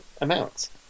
amounts